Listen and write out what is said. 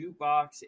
jukebox